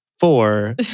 Four